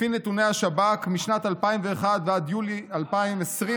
לפי נתוני השב"כ, משנת 2001 ועד יולי 2021,